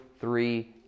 three